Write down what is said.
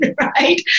right